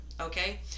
okay